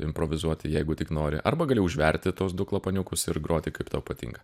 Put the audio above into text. improvizuoti jeigu tik nori arba gali užverti tuos du klapaniukus ir groti kaip tau patinka